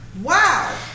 Wow